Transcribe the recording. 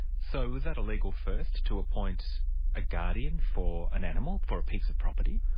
so was that a legal first, to appoint a guardian for an animal, for a piece of property?